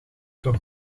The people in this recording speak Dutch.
toch